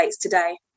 today